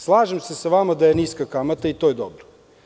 Slažem se sa vama da je niska kamata i to je dobro.